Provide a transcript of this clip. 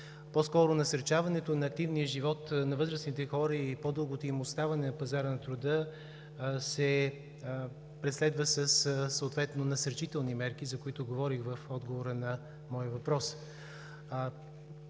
По-скоро насърчаването на активния живот на възрастните хора и по-дългото им оставане на пазара на труда се преследва със съответно насърчителни мерки, за които говорих в отговора на моя въпрос.